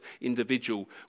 individual